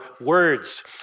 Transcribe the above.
words